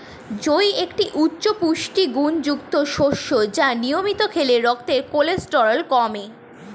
জই একটি উচ্চ পুষ্টিগুণযুক্ত শস্য যা নিয়মিত খেলে রক্তের কোলেস্টেরল কমে